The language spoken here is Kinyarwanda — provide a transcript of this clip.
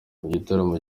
gitaramo